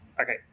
okay